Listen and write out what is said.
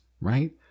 right